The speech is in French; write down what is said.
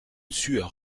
sueur